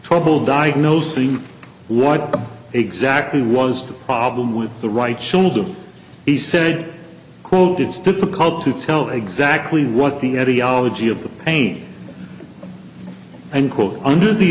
trouble diagnosing what exactly was the problem with the right shoulder he said quote it's difficult to tell exactly what the ideology of the pain and quote under the